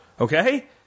Okay